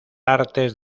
artes